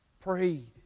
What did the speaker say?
prayed